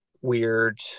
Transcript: weird